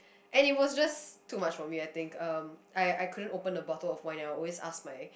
and it was just too much for me I think I I couldn't open the bottle of wine and I was always my